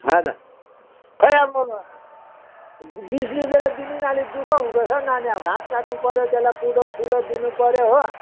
हज खोइ अब बिस रुपियाँले दिनु नि अलिक दुखः हुँदछ हौ नानी अब घाँस काट्नु पऱ्यो त्यसलाई कुँडोसुँडो दिनु पऱ्यो हो